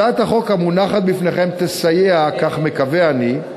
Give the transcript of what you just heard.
הצעת החוק המונחת בפניכם תסייע, כך מקווה אני,